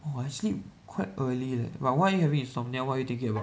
!wah! I sleep quite early leh but why're you having insomnia what are you thinking about